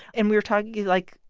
and we were talking, like,